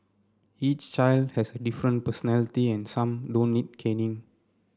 each child has a different personality and some don't need caning